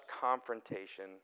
confrontation